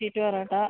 sweet parotta